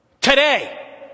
today